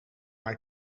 maar